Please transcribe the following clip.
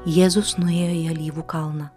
jėzus nuėjo į alyvų kalną